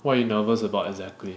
what you nervous about exactly